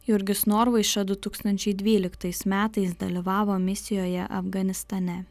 jurgis norvaiša du tūkstančiai dvyliktais metais dalyvavo misijoje afganistane